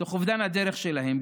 תוך אובדן הדרך שלהם,